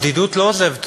הבדידות לא עוזבת אותו,